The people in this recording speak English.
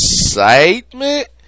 excitement